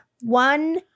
one